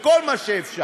בכל מה שאפשר,